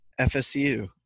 fsu